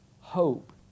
hope